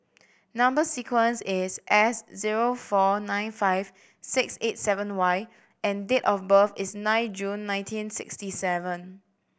number sequence is S zero four nine five six eight seven Y and date of birth is nine June nineteen sixty seven